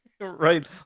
Right